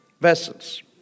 vessels